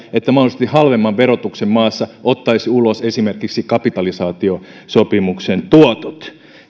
että mahdollisesti halvemman verotuksen maassa ottaisi ulos esimerkiksi kapitalisaatiosopimuksen tuotot